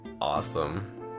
awesome